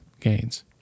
gains